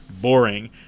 boring